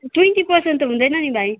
twenty percent त हुँदैन नि भाइ